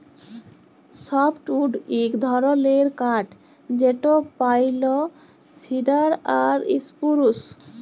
softwood ইক ধরলের কাঠ যেট পাইল, সিডার আর ইসপুরুস